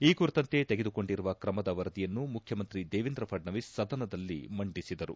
ಈ ಕುರಿತಂತೆ ತೆಗೆದುಕೊಂಡಿರುವ ಕ್ರಮದ ವರದಿಯನ್ನು ಮುಖ್ಯಮಂತ್ರಿ ದೇವೇಂದ್ರ ಫಡ್ನವಿಸ್ ಸದನದಲ್ಲಿ ಮಂಡಿಸಿದರು